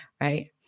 right